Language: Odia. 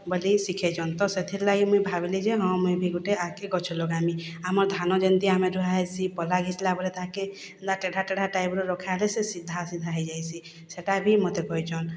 ବଲି ଶିଖେଇଛନ୍ ତ ସେଥିର୍ଲାଗି ମୁଇଁ ଭାବ୍ଲିଯେ ହଁ ମୁଇଁ ବି ଗୁଟେ ଆଗ୍କେ ଗଛ ଲଗାମି ଆମର୍ ଧାନ ଯେନ୍ତି ଆମେ ରୁହା ହେସି ପଲ୍ହା ଘିଚ୍ଲା ବେଲେ ତାହାକେ ଟେଢ଼ା ଟେଢ଼ା ଟାଇପ୍ର ରଖାହେଲେ ସେ ସିଧା ସିଧା ହେଇଯାଇଛି ସେଟା ବି ମତେ କହିଛନ୍